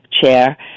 chair